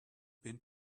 been